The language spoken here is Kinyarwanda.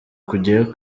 kujyayo